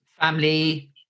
Family